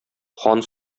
хан